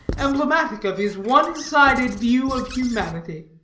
emblematic of his one-sided view of humanity.